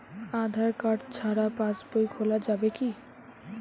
আধার card ছাড়া পাশবই খোলা যাবে কি?